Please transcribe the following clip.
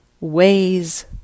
ways